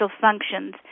functions